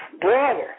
Brother